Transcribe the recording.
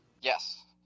Yes